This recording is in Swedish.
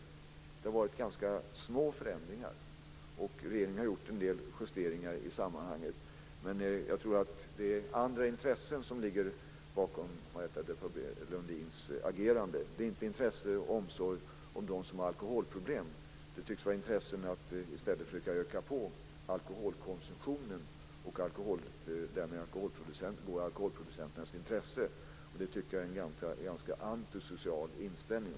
Förändringarna har varit ganska små, och regeringen har gjort en del justeringar. Men jag tror att det är andra intressen som ligger bakom Marietta de Pourbaix-Lundins agerande. Det är inte av intresse för och omsorg om de som har alkoholproblem som hon agerar, utan det tycks i stället vara av intresse för att öka på alkoholkonsumtionen och därmed tillgodose alkoholproducenternas intressen. Det tycker jag är en ganska antisocial inställning.